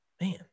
Man